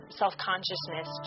self-consciousness